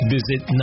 Visit